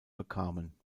bekamen